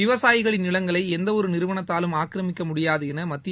விவசாயிகளின் நிலங்களை எந்தவொரு நிறுவனத்தாலும் ஆக்கிரமிக்க முடியாது என மத்திய